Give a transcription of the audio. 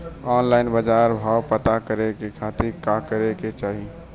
Online बाजार भाव पता करे के खाती का करे के चाही?